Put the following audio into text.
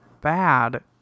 Bad